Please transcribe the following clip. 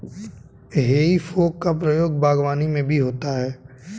हेइ फोक का प्रयोग बागवानी में भी होता है